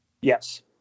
Yes